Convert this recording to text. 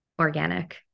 organic